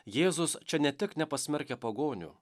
jėzus čia ne tik nepasmerkia pagonių